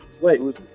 wait